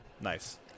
Nice